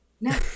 no